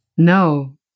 No